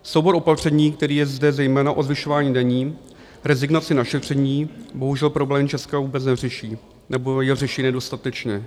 Soubor opatření, který je zde zejména o zvyšování daní, rezignaci na šetření, bohužel problémy Česka vůbec neřeší nebo je řeší nedostatečně.